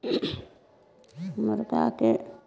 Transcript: मुर्गाके